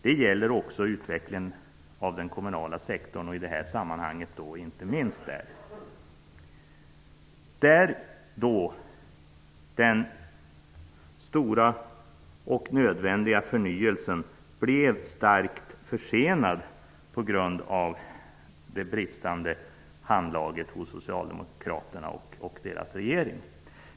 Det gäller också utvecklingen av den kommunala sektorn. Den stora och nödvändiga förnyelsen inom kommunerna blev starkt försenad på grund av det bristande handlaget hos socialdemokraterna och deras regering.